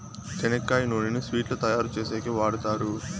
చెనక్కాయ నూనెను స్వీట్లు తయారు చేసేకి వాడుతారు